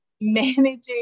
managing